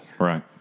Right